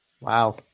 Wow